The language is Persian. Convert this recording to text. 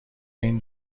این